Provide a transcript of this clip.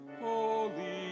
Holy